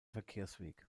verkehrsweg